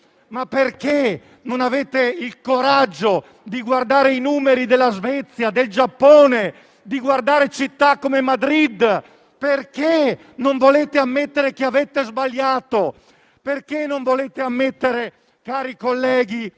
Ma perché? Non avete il coraggio di guardare i numeri della Svezia o del Giappone, di guardare a città come Madrid? Perché non volete ammettere che avete sbagliato? Perché non volete ammettere, cari colleghi,